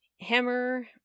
Hammer